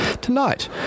Tonight